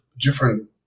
different